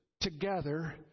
together